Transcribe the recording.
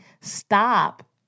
stop